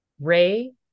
Ray